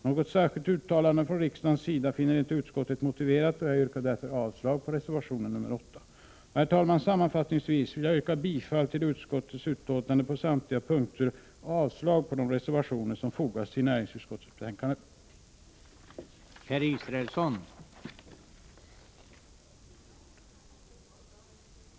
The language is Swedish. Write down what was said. Något särskilt uttalande från riksdagens sida finner inte utskottet motiverat, och jag yrkar därför avslag på reservation 8. Herr talman! Sammanfattningsvis vill jag yrka bifall till samtliga moment i utskottets hemställan och avslag på de reservationer som har fogats till näringsutskottets betänkande 20.